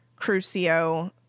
Crucio